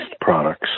products